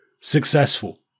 successful